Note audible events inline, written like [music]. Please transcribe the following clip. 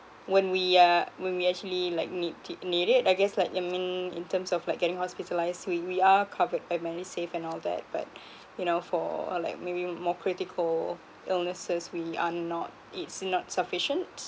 when we are when we actually like need it need it I guess like you mean in terms of like getting hospitalised we we are covered by medisave and all that but [breath] you know for like maybe more critical illnesses we are not it's not sufficient